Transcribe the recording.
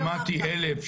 שמעתי 1,000,